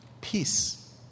Peace